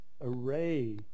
array